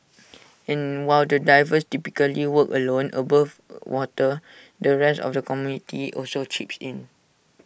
and while the divers typically work alone above water the rest of the community also chips in